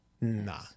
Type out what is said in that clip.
Nah